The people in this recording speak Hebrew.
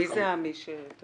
מי זה המישהו הזה?